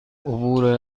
عبور